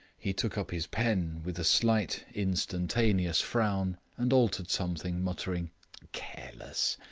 he took up his pen, with a slight, instantaneous frown, and altered something, muttering careless.